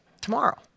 tomorrow